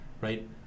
right